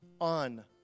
on